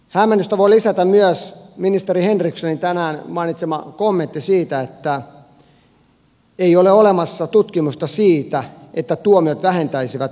hämmennystä voi lisätä myös ministeri henrikssonin tänään mainitsema kommentti siitä että ei ole olemassa tutkimusta siitä että tuomiot vähentäisivät rattijuopumusten määrää